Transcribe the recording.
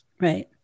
right